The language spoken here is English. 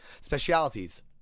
Specialties